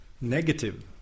negative